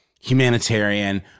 humanitarian